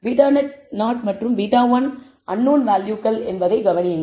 β0 மற்றும் β1 அன்னோன் வேல்யூகள் என்பதைக் கவனியுங்கள்